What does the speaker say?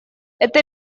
это